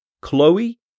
Chloe